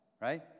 right